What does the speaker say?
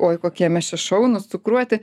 oi kokie mes čia šaunūs cukruoti